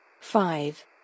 Five